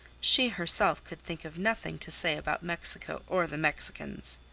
she herself could think of nothing to say about mexico or the mexicans.